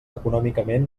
econòmicament